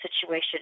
situation